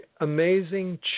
amazing